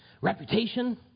reputation